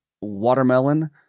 Watermelon